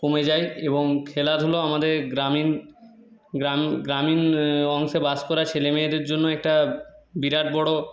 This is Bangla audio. কমে যায় এবং খেলাধুলো আমাদের গ্রামীণ গ্রামীণ গ্রামীণ অংশে বাস করা ছেলেমেয়েদের জন্য একটা বিরাট বড়ো